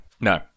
No